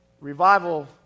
revival